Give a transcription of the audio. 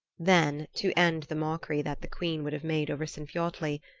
then, to end the mockery that the queen would have made over sinfiotli,